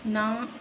ਨਾ